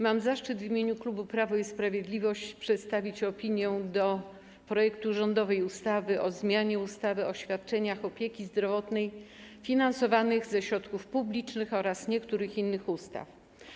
Mam zaszczyt w imieniu klubu Prawo i Sprawiedliwość przedstawić opinię odnośnie do rządowego projektu ustawy o zmianie ustawy o świadczeniach opieki zdrowotnej finansowanych ze środków publicznych oraz niektórych innych ustaw.